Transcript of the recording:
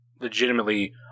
legitimately